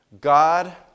God